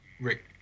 Rick